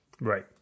right